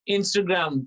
Instagram